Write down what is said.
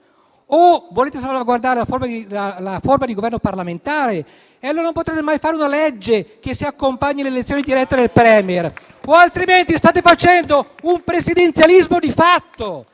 o volete salvaguardare la forma di Governo parlamentare, e allora non potrebbe mai farlo una legge che si accompagni all'elezione diretta del *Premier*, o altrimenti state facendo un presidenzialismo di fatto,